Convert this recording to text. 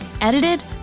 edited